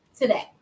today